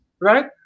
right